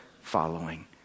following